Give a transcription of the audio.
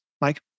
Mike